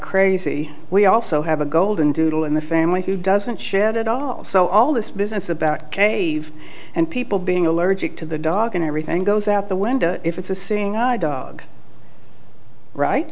crazy we also have a goldendoodle in the family who doesn't shed at all so all this business about cave and people being allergic to the dog and everything goes out the window if it's a seeing eye dog right